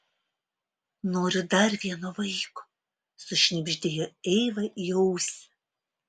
noriu dar vieno vaiko sušnibždėjo eiva į ausį